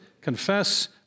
confess